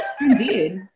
indeed